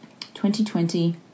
2020